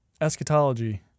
Eschatology